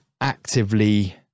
actively